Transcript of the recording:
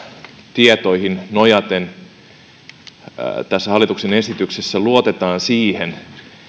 tietoihin nojaten tässä hallituksen esityksessä luotetaan siihen